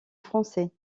français